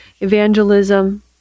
evangelism